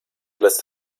lässt